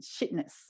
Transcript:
shitness